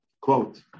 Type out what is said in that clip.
Quote